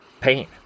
pain